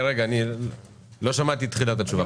אז באנו, שמענו ואמרנו, שומעים אתכם.